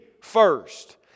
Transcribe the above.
first